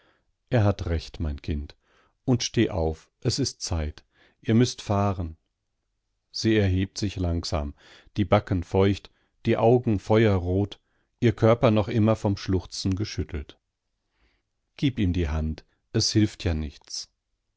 er hat recht mein kind und steh auf es ist zeit ihr müßt fahren sie erhebt sich langsam die backen feucht die augen feuerrot ihr körper noch immer vom schluchzen geschüttelt gib ihm die hand es hilft ja nichts